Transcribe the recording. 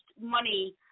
money